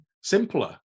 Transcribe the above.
simpler